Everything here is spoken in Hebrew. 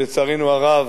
לצערנו הרב,